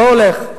לא הולך.